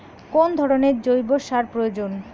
কোন ধরণের জৈব সার প্রয়োজন?